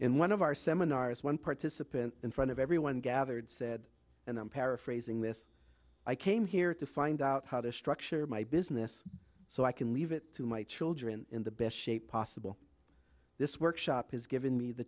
in one of our seminars one participant in front of everyone gathered said and i'm paraphrasing this i came here to find out how to structure my business so i can leave it to my children in the best shape possible this workshop has given me the